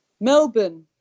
Melbourne